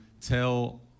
tell